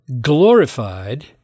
glorified